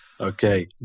Okay